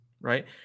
Right